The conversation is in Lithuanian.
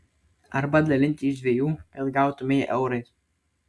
arba dalinti iš dviejų kad gautumei eurais